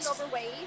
overweight